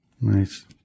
Nice